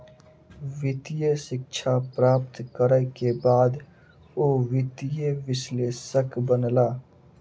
वित्तीय शिक्षा प्राप्त करै के बाद ओ वित्तीय विश्लेषक बनला